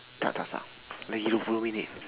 tak tak tak lagi dua puluh minit